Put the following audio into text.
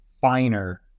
finer